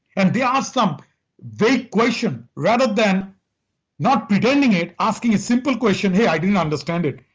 and they ask some vague question, rather than not pretending it, asking a simple question, hey, i didn't understand it.